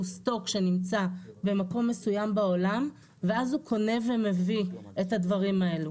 סטוק שנמצא במקום מסוים בעולם ואז הוא קונהו מביא את הדברים האלה.